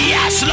Yes